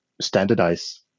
standardize